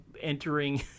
entering